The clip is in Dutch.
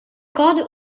koude